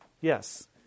Yes